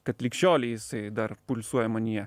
kad lig šiolei jisai dar pulsuoja manyje